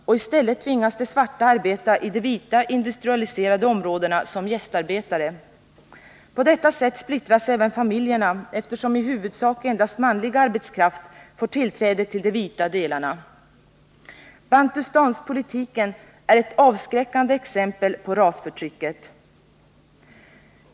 I stället tvingas de svarta arbeta i de vitas industrialiserade områden som gästarbetare. På detta sätt splittras även familjerna, eftersom i huvudsak endast manlig arbetskraft får tillträde till de vita delarna. Bantustanspolitiken är ett avskräckande exempel på rasförtryck.